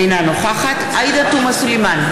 אינה נוכחת עאידה תומא סלימאן,